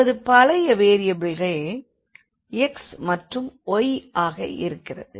நமது பழைய வேரியபிள்கள் x மற்றும் y ஆக இருக்கிறது